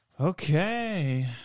Okay